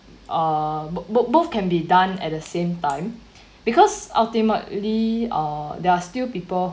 err bo~ both can be done at the same time because ultimately uh there are still people